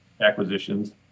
acquisitions